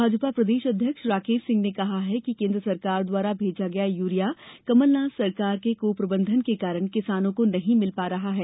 भाजपा प्रदेश अध्यक्ष राकेश सिंह ने कहा है कि केंद्र सरकार द्वारा भेजा गया यूरिया कमलनाथ सरकार की कुप्रबंधन के कारण किसानों को नहीं मिल पा रहा है